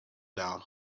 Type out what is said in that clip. down